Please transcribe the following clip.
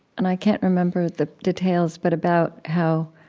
and i can't remember the details, but about how